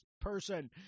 person